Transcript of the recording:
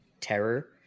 terror